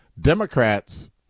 Democrats